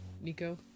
Nico